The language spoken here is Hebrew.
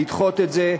לדחות את זה,